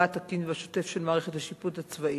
התקין והשוטף של מערכת השיפוט הצבאי.